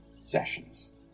sessions